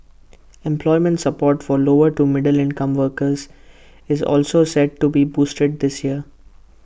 employment support for lower to middle income workers is also set to be boosted this year